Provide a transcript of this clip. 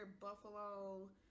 Buffalo